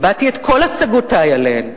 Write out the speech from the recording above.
הבעתי את כל השגותי עליהן,